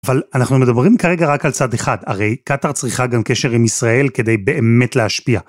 אבל אנחנו מדברים כרגע רק על צד אחד, הרי קאטר צריכה גם קשר עם ישראל כדי באמת להשפיע.